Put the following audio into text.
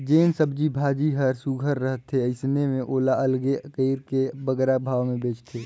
जेन सब्जी भाजी हर सुग्घर रहथे अइसे में ओला अलगे कइर के बगरा भाव में बेंचथें